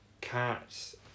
cats